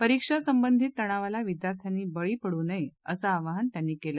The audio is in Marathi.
परिक्षा संबधीत तणावाला विद्यार्थ्यांनी बळी पडू नये असं आवाहन त्यांनी केलं